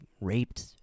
raped